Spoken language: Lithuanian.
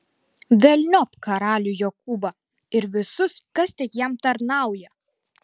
velniop karalių jokūbą ir visus kas tik jam tarnauja